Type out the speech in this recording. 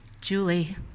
Julie